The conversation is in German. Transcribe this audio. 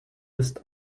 ist